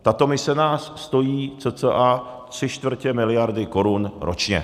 Tato mise nás stojí cca tři čtvrtě miliardy korun ročně.